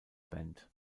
band